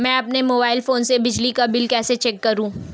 मैं अपने mobile phone से बिजली का बिल कैसे चेक करूं?